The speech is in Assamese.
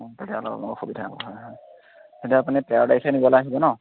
অঁ তেতিয়া অলপ অসুবিধা হ'ব হয় তেতিয়া আপুনি তেৰ তাৰিখে নিবলৈ আহিব ন